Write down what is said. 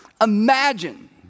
imagine